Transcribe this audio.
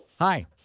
Hi